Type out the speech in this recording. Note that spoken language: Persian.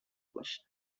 باشه